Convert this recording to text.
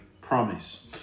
promise